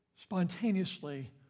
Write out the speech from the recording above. spontaneously